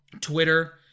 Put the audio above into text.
Twitter